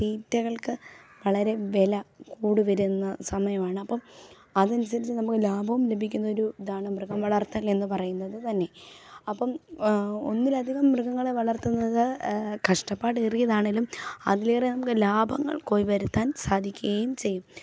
തീറ്റകൾക്ക് വളരെ വില കൂടിവരുന്ന സമയമാണ് അപ്പം അതിന് അസരിച്ച് നമുക്ക് ലാഭം ലഭിക്കുന്ന ഒരു ഇതാണ് മൃഗം വളർത്തൽ എന്ന് പറയുന്നത് തന്നെ അപ്പം ഒന്നിലധികം മൃഗങ്ങളെ വളർത്തുന്നത് കഷ്ടപ്പാട് ഏറിയതാണേലും അതിലേറെ നമുക്ക് ലാഭങ്ങൾ കോയ് വരുത്താൻ സാധിക്കുകയും ചെയ്യും